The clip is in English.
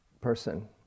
person